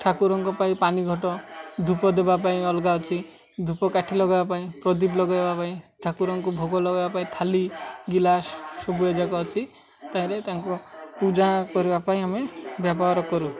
ଠାକୁରଙ୍କ ପାଇଁ ପାଣି ଘଟ ଧୂପ ଦେବା ପାଇଁ ଅଲଗା ଅଛି ଧୂପ କାଠି ଲଗାଇବା ପାଇଁ ପ୍ରଦୀପ ଲଗାଇବା ପାଇଁ ଠାକୁରଙ୍କୁ ଭୋଗ ଲଗାଇବା ପାଇଁ ଥାଲି ଗିଲାସ୍ ସବୁ ଏଯାକ ଅଛି ତାହେଲେ ତାଙ୍କୁ ପୂଜା କରିବା ପାଇଁ ଆମେ ବ୍ୟବହାର କରୁ